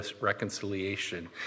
reconciliation